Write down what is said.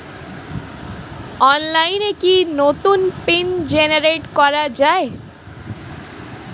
অনলাইনে কি নতুন পিন জেনারেট করা যায়?